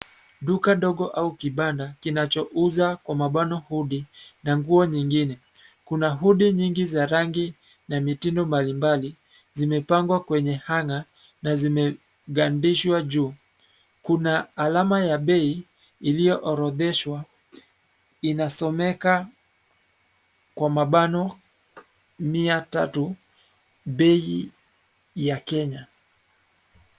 Duka ndogo au kibanda kinachouza hudi na nguo nyingine. Kuna hudi za rangi na mitindo mbalimbali zimepangwa kwenye hanger na zimegandishwa juu. Kuna alama ya bei iliyoorodheshwa inasomeka kwa mabano mia tatu bei ya Kenya.